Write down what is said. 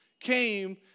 came